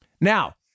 Now